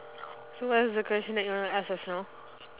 so what's the question that you wanna ask just now